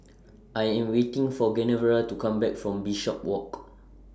I Am waiting For Genevra to Come Back from Bishopswalk